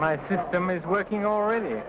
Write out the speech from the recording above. my system is working already